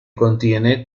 contiene